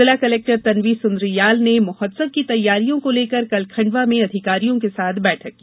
जिला कलेक्टर ंतन्वी सुन्द्रियाल ने महोत्सव की तैयारियों को लेकर कल खंडवा में अधिकारियों के साथ बैठक की